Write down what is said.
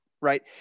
right